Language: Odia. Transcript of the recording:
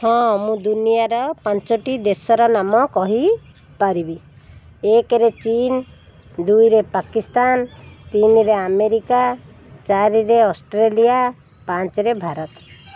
ହଁ ମୁଁ ଦୁନିଆର ପାଞ୍ଚଟି ଦେଶର ନାମ କହିପାରିବି ଏକରେ ଚୀନ ଦୁଇରେ ପାକିସ୍ତାନ ତିନିରେ ଆମେରିକା ଚାରିରେ ଅଷ୍ଟ୍ରେଲିଆ ପାଞ୍ଚରେ ଭାରତ